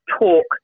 talk